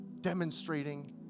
demonstrating